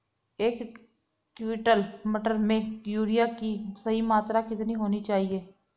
एक क्विंटल मटर में यूरिया की सही मात्रा कितनी होनी चाहिए?